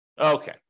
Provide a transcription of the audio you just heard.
Okay